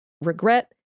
regret